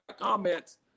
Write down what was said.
comments